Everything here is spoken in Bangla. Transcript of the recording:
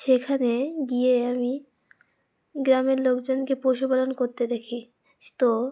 সেখানে গিয়ে আমি গ্রামের লোকজনকে পশুপালন করতে দেখি তো